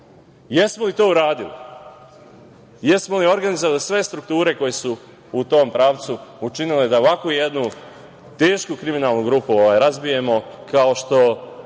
Jesmo li to uradili? Jesmo li organizovali sve strukture koje su u tom pravcu učinile da ovakvu jednu tešku kriminalnu grupu razbijemo? Kao što